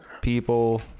people